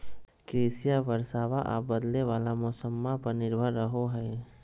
कृषिया बरसाबा आ बदले वाला मौसम्मा पर निर्भर रहो हई